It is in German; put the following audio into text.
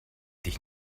dich